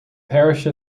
parish